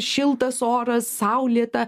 šiltas oras saulėta